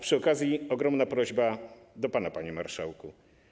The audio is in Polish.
Przy okazji ogromna prośba do pana, panie marszałku.